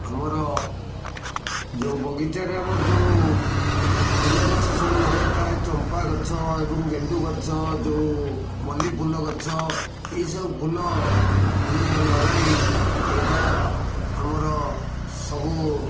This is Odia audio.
ଆମର ଯେଉଁ ବଗିଚାରେ ଆମର ଯେଉଁ ଫୁଲ ଗଛ ସବୁ ଲଗାଇଥାଏ ଚମ୍ପାଗଛ ଏବଂ ଗେଣ୍ଡୁ ଗଛ ଯେଉଁ ମଲ୍ଲି ଫୁଲ ଗଛ ଏଇସବୁ ଫୁଲ ଆମେ ଲଗାଇ ଏଇଟା ଆମର ସବୁ